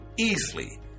easily